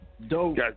Dope